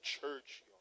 church